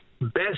best